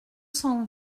cent